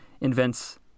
invents